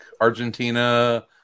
Argentina